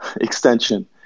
extension